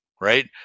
right